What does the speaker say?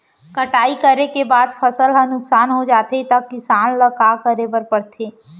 कटाई करे के बाद फसल ह नुकसान हो जाथे त किसान ल का करे बर पढ़थे?